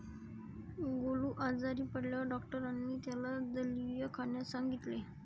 गोलू आजारी पडल्यावर डॉक्टरांनी त्याला दलिया खाण्यास सांगितले